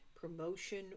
promotion